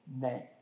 name